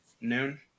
noon